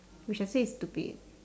which I say is stupid